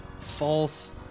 false